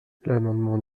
l’amendement